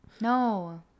No